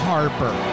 Harper